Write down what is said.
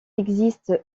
existe